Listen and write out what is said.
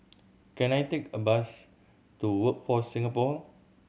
can I take a bus to Workforce Singapore